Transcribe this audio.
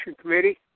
Committee